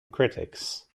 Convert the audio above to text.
critics